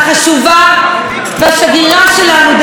והשגרירה שלנו, דרך אגב, גם בעולם.